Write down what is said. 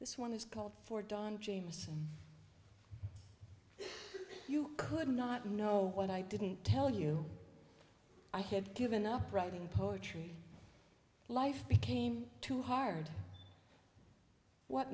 this one is called for don james you could not know what i didn't tell you i had given up writing poetry life became too hard what